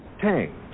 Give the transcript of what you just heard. Tang